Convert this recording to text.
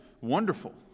wonderful